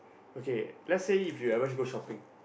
okay let's say if you ever go shopping